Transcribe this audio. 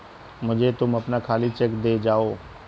मुझे तुम अपना खाली चेक दे जाओ